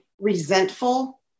resentful